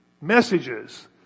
messages